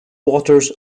waters